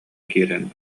киирэн